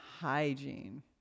Hygiene